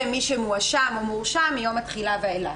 מי שמואשם או מורשע מיום התחילה ואילך.